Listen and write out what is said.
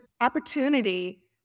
opportunity